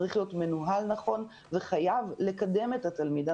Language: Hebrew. צריך להיות מנוהל נכון וחייב לקדם את התלמיד.